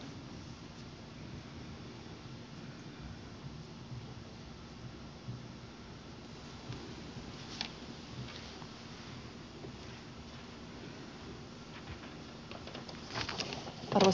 arvoisa puhemies